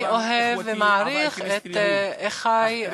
אני אוהב ומעריך את אחי,